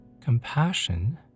Compassion